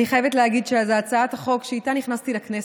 אני חייבת להגיד שזאת הצעת החוק שאיתה נכנסתי לכנסת.